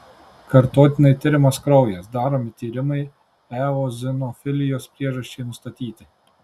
kartotinai tiriamas kraujas daromi tyrimai eozinofilijos priežasčiai nustatyti